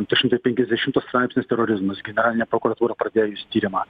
du šimtai penkiasdešimtas straipsnis terorizmas generalinė prokuratūra pradėjus tyrimą